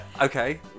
Okay